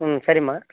సరే అమ్మా